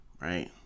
right